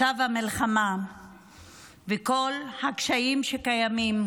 מצב המלחמה וכל הקשיים שקיימים,